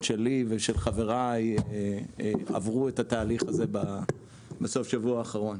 שלי ושל חבריי עברו את התהליך הזה בסוף השבוע האחרון.